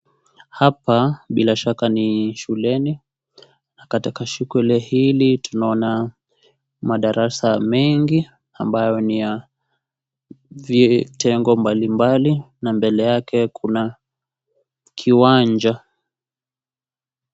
Hapa bila shaka ni shulenu, na katika shule hili, tunaona madarasa mengi, ambayo ni ya vitengo mbalimbali, na mbele yake kuna kiwanja.